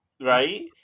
right